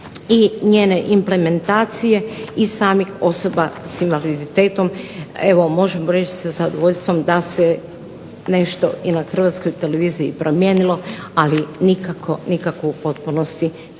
i njene implementacije i samih osoba sa invaliditetom, evo možemo reći sa zadovoljstvo da se nešto i na Hrvatskoj televiziji promijenilo ali nikako u potpunosti